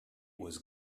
was